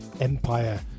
Empire